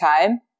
time